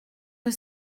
que